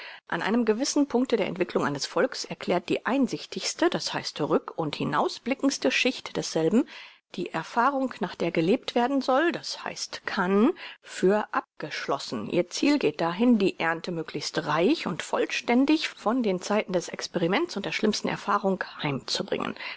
an einem gewissen punkte der entwicklung eines volks erklärt die einsichtigste das heißt rück und hinausblickendste schicht desselben die erfahrung nach der gelebt werden soll das heißt kann für abgeschlossen ihr ziel geht dahin die ernte möglichst reich und vollständig von den zeiten des experiments und der schlimmen erfahrung heimzubringen